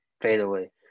fadeaway